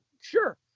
sure